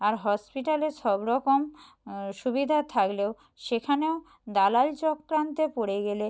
আর হসপিটালে সব রকম সুবিধা থাকলেও সেখানেও দালাল চক্রান্তে পড়ে গেলে